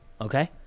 Okay